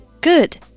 Good